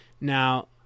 Now